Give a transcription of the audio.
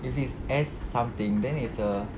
if it's s~ something then is a